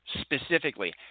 specifically